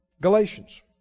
Galatians